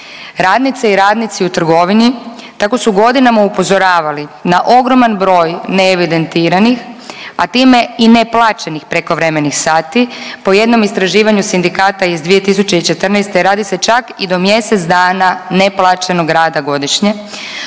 Radnice i radnici u trgovini tako su godinama upozoravali na ogroman broj neevidentiranih, a time i neplaćenih prekovremenih sati. Po jednom istraživanju sindikata iz 2014. radi se čak i do mjesec dana neplaćenog rada godišnje,